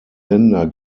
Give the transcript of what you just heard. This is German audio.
länder